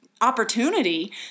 opportunity